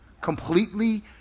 completely